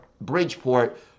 Bridgeport